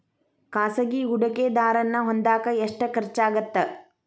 ಖಾಸಗಿ ಹೂಡಕೆದಾರನ್ನ ಹೊಂದಾಕ ಎಷ್ಟ ಖರ್ಚಾಗತ್ತ